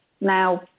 now